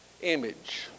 image